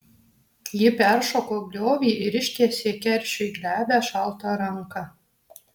ji peršoko griovį ir ištiesė keršiui glebią šaltą ranką